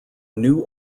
new